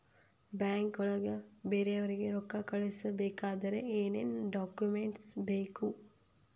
ಬ್ಯಾಂಕ್ನೊಳಗ ಬೇರೆಯವರಿಗೆ ರೊಕ್ಕ ಕಳಿಸಬೇಕಾದರೆ ಏನೇನ್ ಡಾಕುಮೆಂಟ್ಸ್ ಬೇಕು?